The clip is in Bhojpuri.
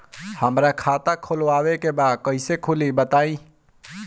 हमरा खाता खोलवावे के बा कइसे खुली बताईं?